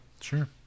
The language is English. Sure